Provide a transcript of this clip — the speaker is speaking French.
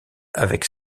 avec